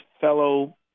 fellow